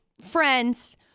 friends